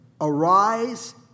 Arise